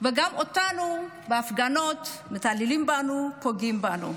גם אנחנו בהפגנות, מתעללים בנו, פוגעים בנו.